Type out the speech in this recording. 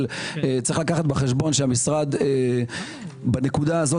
אבל יש לקחת בחשבון שהמשרד בנקודה הזו